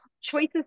choices